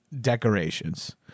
decorations